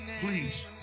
Please